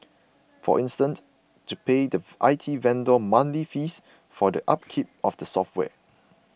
for instance to pay thief I T vendor monthly fees for the upkeep of the software